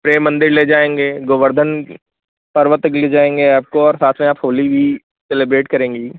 प्रेम मंदिर ले जाएंगे गोवर्धन पर्वत ले जाएंगे आपको और साथ में आप होली भी सेलिब्रेट करेंगी